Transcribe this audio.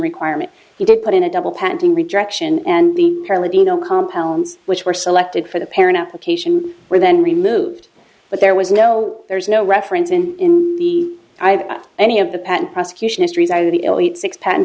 requirement he did put in a double patenting rejection and being fairly beano compounds which were selected for the parent application where then removed but there was no there's no reference in the eyes any of the patent prosecution histories are the elite six paten